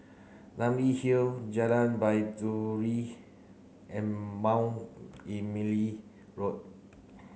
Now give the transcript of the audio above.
Namly Hill Jalan Baiduri and Mount Emily Road